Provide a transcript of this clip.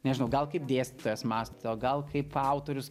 nežinau gal kaip dėstytojas mąsto gal kaip autorius